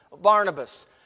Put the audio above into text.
Barnabas